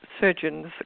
surgeon's